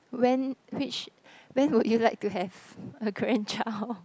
when which when would you like to have a grandchild